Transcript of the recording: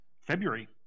February